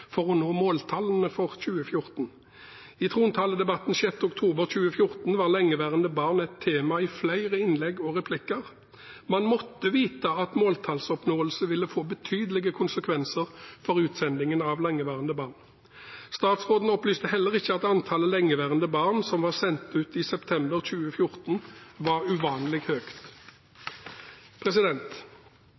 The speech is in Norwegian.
for å nå måltallene for 2014. I trontaledebatten den 6. oktober 2014 var lengeværende barn et tema i flere innlegg og replikker. Man måtte vite at måltallsoppnåelse ville få betydelige konsekvenser for utsendingen av lengeværende barn. Statsråden opplyste heller ikke at antallet lengeværende barn som var sendt ut i september 2014, var uvanlig